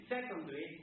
Secondly